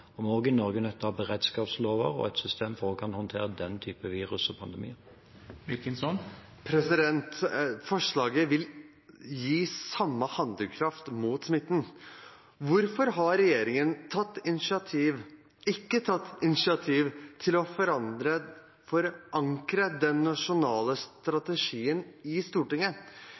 i Norge nødt til å ha beredskapslover og et system for å kunne håndtere den type virus og pandemi. Forslaget vil gi samme handlekraft mot smitten. Hvorfor har regjeringen ikke tatt initiativ til å forankre den nasjonale strategien i Stortinget?